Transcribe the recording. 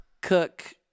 cook